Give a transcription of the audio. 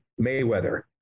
Mayweather